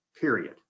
period